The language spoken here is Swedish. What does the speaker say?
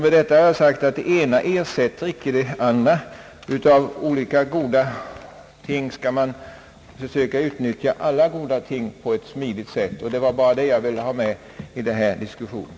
Med detta har jag sagt att det ena icke ersätter det andra. Av olika goda ting skall man försöka utnyttja alla goda ting på ett smidigt sätt. Det var bara det jag vill ha med i denna diskussion.